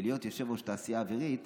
ולהיות יושב-ראש התעשייה האווירית